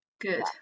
good